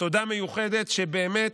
תודה מיוחדת, שבאמת,